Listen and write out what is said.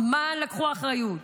אמ"ן לקחו אחריות,